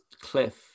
cliff